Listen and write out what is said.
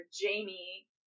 Jamie